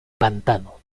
pantano